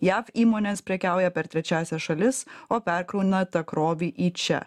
jav įmonės prekiauja per trečiąsias šalis o perkrauna tą grobį į čia